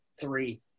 three